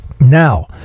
now